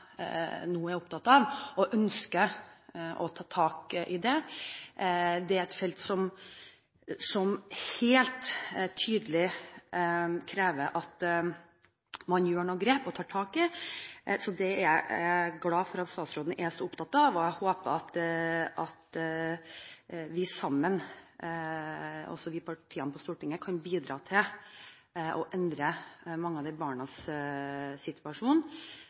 er opptatt av og ønsker å ta tak i. Det er et felt som helt tydelig krever at man gjør noen grep og tar tak. Det er jeg glad for at statsråden er så opptatt av. Jeg håper at vi sammen, også partiene på Stortinget, kan bidra til å endre mange av de barnas situasjon